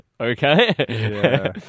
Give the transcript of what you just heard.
okay